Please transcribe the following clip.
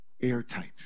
airtight